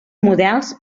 models